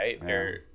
right